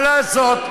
מה לעשות.